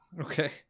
Okay